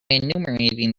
enumerating